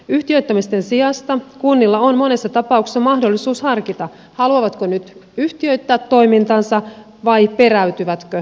yhtiöittämisten sijasta kunnilla on monessa tapauksessa mahdollisuus harkita haluavatko nyt yhtiöittää toimintansa vai peräytyvätkö markkinoilta